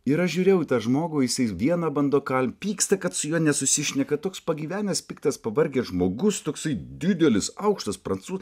ir aš žiūrėjau į tą žmogų jisai vieną bando kal pyksta kad su juo nesusišneka toks pagyvenęs piktas pavargęs žmogus toksai didelis aukštas pracū